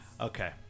Okay